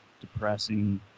depressing